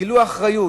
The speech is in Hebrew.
גילו אחריות.